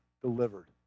delivered